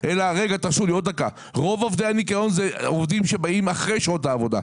רוב עובדי הניקיון אלה עובדים שבאים אחרי שעות העבודה.